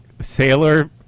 sailor